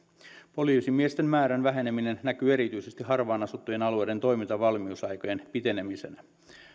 poliisimiesten määrän väheneminen näkyy erityisesti harvaan asuttujen alueiden toimintavalmiusaikojen pitenemisenä